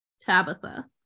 Tabitha